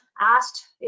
asked